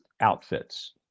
outfits